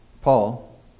Paul